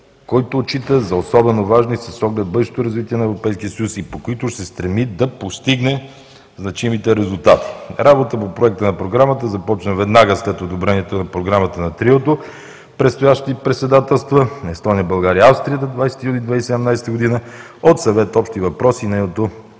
които отчита за особено важни с оглед бъдещото развитие на Европейския съюз и по които ще се стреми да постигне значимите резултати. Работата по проекта на програмата започна ведна след одобрението на Програмата на триото с предстоящи председателства на Естония, България и Австрия до 20 юли 2017 г. от Съвет „Общи въпроси“, нейното